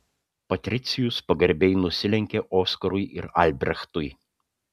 patricijus pagarbiai nusilenkė oskarui ir albrechtui